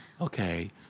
Okay